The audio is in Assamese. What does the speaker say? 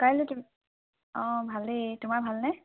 কাইলৈ তুমি অঁ ভালেই তোমাৰ ভালনে